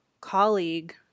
colleague